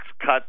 cut